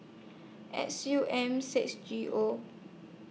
X U M six G O